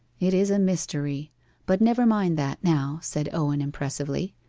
it is a mystery but never mind that now said owen impressively.